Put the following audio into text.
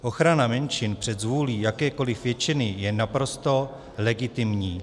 Ochrana menšin před zvůlí jakékoli většiny je naprosto legitimní.